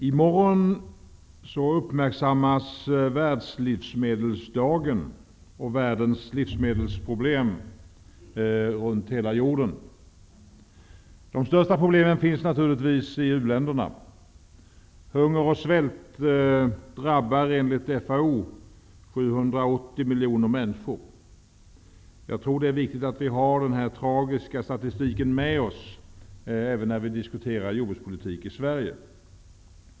Herr talman! I morgon uppmärksammas Världslivsmedelsdagen och världens livsmedelsproblem runt hela jorden. De största problemen finns naturligtvis i u-länderna. Hunger och svält drabbar enligt FAO 780 miljoner människor. Jag tror att det är viktigt att vi har denna tragiska statistik med oss även när vi diskuterar jordbrukspolitik i Sverige.